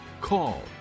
call